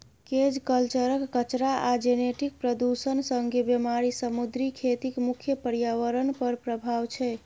cage कल्चरक कचरा आ जेनेटिक प्रदुषण संगे बेमारी समुद्री खेतीक मुख्य प्रर्याबरण पर प्रभाब छै